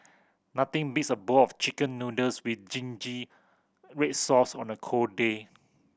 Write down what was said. nothing beats a bowl of Chicken Noodles with zingy red sauce on a cold day